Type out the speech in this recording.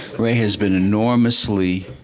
ray has been enormously